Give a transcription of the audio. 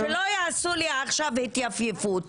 שלא יעשו לי עכשיו התייפייפות.